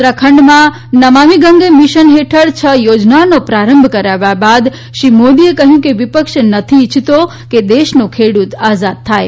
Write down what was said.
ઉત્તરાખંડમાં નમામી ગંગે મિશન હેઠળ છ યોજનાઓનો પ્રારંભ કરાવ્યા બાદ શ્રી મોદીએ કહયું કે વિપક્ષ નથી ઇચ્છતો કે દેશનો ખેડુત આઝાદ થાય